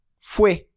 Fue